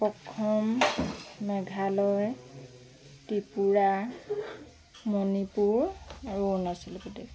অসম মেঘালয় ত্ৰিপুৰা মণিপুৰ আৰু অৰুণাচল প্ৰদেশ